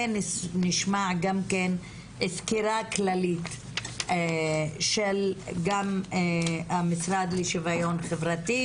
ונשמע גם כן סקירה כללית של המשרד לשוויון חברתי,